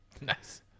Nice